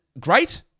great